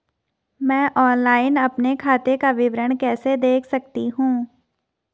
मैं ऑनलाइन अपने खाते का विवरण कैसे देख सकता हूँ?